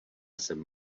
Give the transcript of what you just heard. jsem